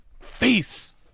face